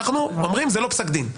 אנחנו אומרים שזה לא פסק דין.